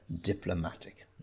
diplomatic